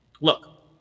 look